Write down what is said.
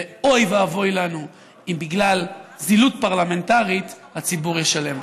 ואוי ואבוי לנו אם בגלל זילות פרלמנטרית הציבור ישלם.